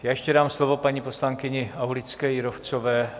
Ještě dám slovo paní poslankyni Aulické Jírovcové.